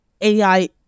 AI